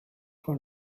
for